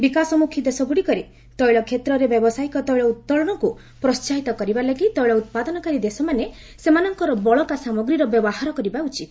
ବିକାଶମୁଖୀ ଦେଶଗୁଡ଼ିକରେ ତେଳ କ୍ଷେତ୍ରରେ ବ୍ୟାବସାୟିକ ତେିଳ ଉତ୍ତେଳନକୁ ପ୍ରୋହାହିତ କରିବା ଲାଗି ତୈଳ ଉତ୍ପାଦନକାରୀ ଦେଶମାନେ ସେମାନଙ୍କର ବଳକା ସାମଗ୍ରୀର ବ୍ୟବହାର କରିବା ଉଚିତ